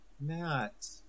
Matt